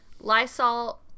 Lysol